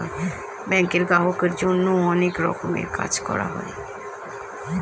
ব্যাঙ্কে গ্রাহকদের জন্য অনেক রকমের কাজ করা হয়